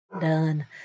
done